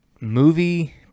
movie